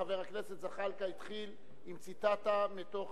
חבר הכנסת זחאלקה התחיל עם ציטטה מתוך